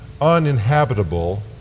uninhabitable